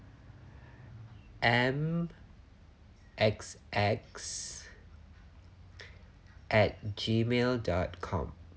M X X at gmail dot com